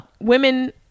women